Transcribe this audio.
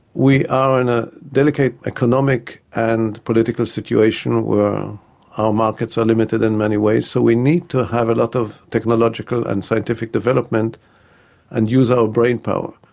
we are in a delicate economic and political situation where our markets are limited in many ways, so we need to have a lot of technological and scientific development and use our brain power.